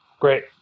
Great